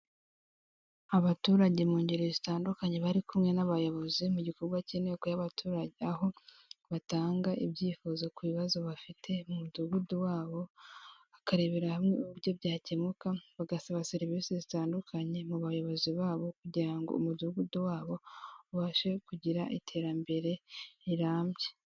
Abaturage mu ngeri zitandukanye bari kumwe n'abayobozi mu gikorwa cy'inteko y'abaturage, aho batanga ibyifuzo ku bibazo bafite mu mudugudu wabo, bakarebera hamwe uburyo byakemuka bagasaba serivise zitandukanye mu bayobozi babo kugira ngo umudugudu wabo ubashe kugira iterambere rirambye.